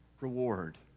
reward